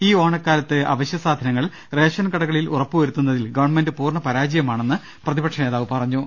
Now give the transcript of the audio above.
ഈ ഓണക്കാലത്ത് അവശ്യ സാധന ങ്ങൾ റേഷൻ കടകളിൽ ഉറപ്പുവരുത്തുന്നതിൽ ഗവൺമെന്റ് പൂർണ പരാ ജയമാണെന്ന് പ്രതിപക്ഷനേതാവ് പറഞ്ഞു